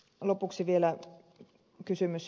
lopuksi vielä kysymys